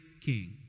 king